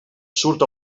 surt